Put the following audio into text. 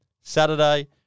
Saturday